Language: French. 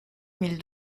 mille